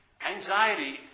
Anxiety